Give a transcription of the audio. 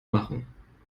machen